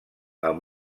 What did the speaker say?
amb